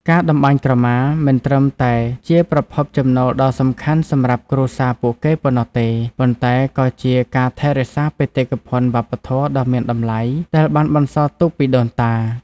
ការតម្បាញក្រមា មិនត្រឹមតែជាប្រភពចំណូលដ៏សំខាន់សម្រាប់គ្រួសារពួកគេប៉ុណ្ណោះទេ ប៉ុន្តែក៏ជា ការថែរក្សាបេតិកភណ្ឌវប្បធម៌ដ៏មានតម្លៃ ដែលបានបន្សល់ទុកពីដូនតា។